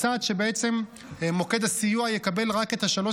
הצעת שבעצם מוקד הסיוע יקבל רק את שלוש